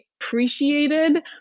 appreciated